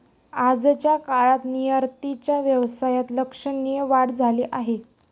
आजच्या काळात निर्यातीच्या व्यवसायात लक्षणीय वाढ झाली आहे